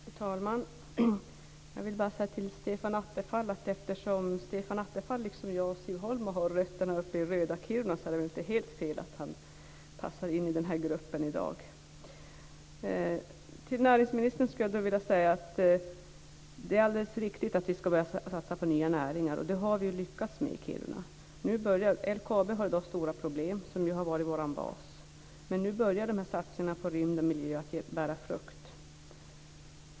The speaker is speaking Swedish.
Fru talman! Jag vill bara säga till Stefan Attefall att, eftersom Stefan Attefall liksom jag och Siv Holma har rötterna uppe i röda Kiruna är det inte helt fel att han passar in i den här gruppen i dag. Till näringsministern skulle jag vilja säga att det är alldeles riktigt att vi ska satsa på nya näringar. Det har vi lyckats med i Kiruna. LKAB, som har varit vår bas, har stora problem, men nu börjar satsningarna på rymd och miljö att bära frukt.